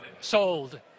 sold